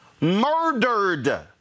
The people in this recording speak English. murdered